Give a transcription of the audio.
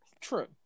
true